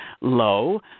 low